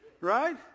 right